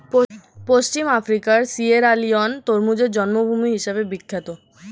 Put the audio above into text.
পশ্চিম আফ্রিকার সিয়েরালিওন তরমুজের জন্মভূমি হিসেবে বিখ্যাত